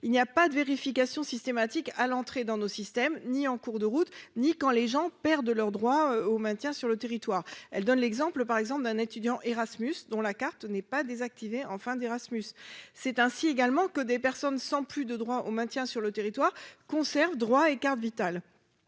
il n'y a pas de vérification systématique à l'entrée dans nos systèmes, ni en cours de route ni quand les gens perdent leur droit au maintien sur le territoire, elle donne l'exemple par exemple d'un étudiant Erasmus dont la carte n'est pas des désactivé en fin d'Erasmus c'est ainsi également que des personnes sans plus de droit au maintien sur le territoire conserve droit et carte vitale